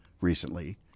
recently